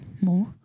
more